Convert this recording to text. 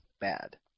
bad